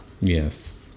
Yes